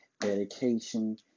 dedication